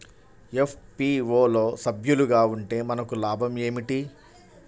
FPO లో సభ్యులుగా ఉంటే మనకు లాభం ఏమిటి?